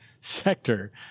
sector